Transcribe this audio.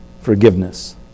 forgiveness